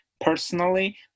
personally